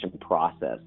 process